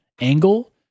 angle